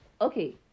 okay